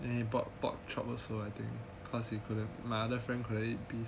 and you bought pork chop also I think cause my other friend cannot eat